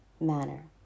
manner